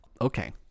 Okay